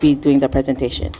be doing the presentation